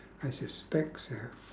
I suspect so